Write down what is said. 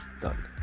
done